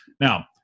Now